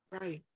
Right